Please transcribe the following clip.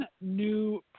new